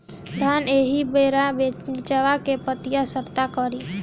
धान एही बेरा निचवा के पतयी सड़ता का करी?